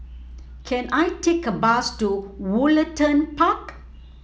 can I take a bus to Woollerton Park